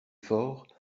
faure